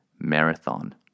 marathon